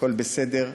הכול בסדר,